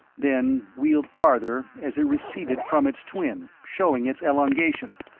then wheeled farther as it receded from its twin, showing its elongation.